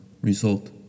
Result